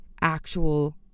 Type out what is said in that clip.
actual